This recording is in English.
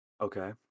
Okay